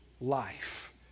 life